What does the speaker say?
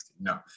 No